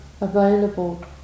available